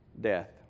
death